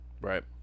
right